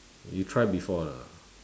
you try before or not